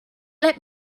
let